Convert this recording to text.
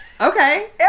okay